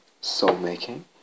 soul-making